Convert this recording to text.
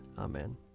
Amen